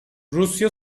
rusya